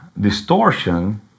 Distortion